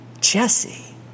Jesse